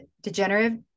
degenerative